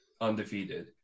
undefeated